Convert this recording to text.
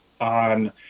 on